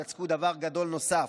יצקו דבר גדול נוסף: